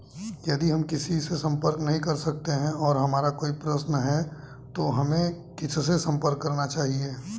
यदि हम किसी से संपर्क नहीं कर सकते हैं और हमारा कोई प्रश्न है तो हमें किससे संपर्क करना चाहिए?